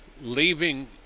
Leaving